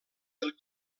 del